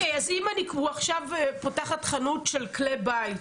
אוקיי, אז אם אני עכשיו פותחת חנות של כלי בית,